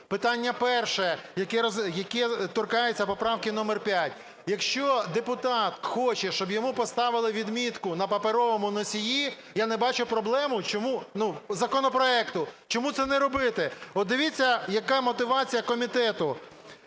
Питання перше, яке торкається поправки номер 5. Якщо депутат хоче, щоб йому поставили відмітку на паперовому носії, я не бачу проблеми, чому… законопроекту, чому це не робити. От дивіться, яка мотивація комітету: